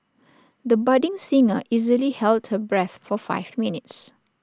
the budding singer easily held her breath for five minutes